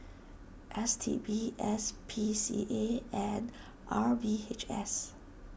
S T B S P C A and R V H S